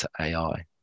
ai